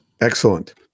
Excellent